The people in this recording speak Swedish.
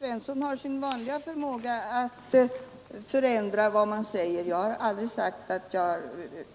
Herr talman! Herr Svensson i Malmö har sin vanliga förmåga att ändra vad man säger. Jag har aldrig sagt